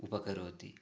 उपकरोति